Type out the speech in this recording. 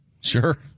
Sure